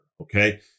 Okay